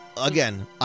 Again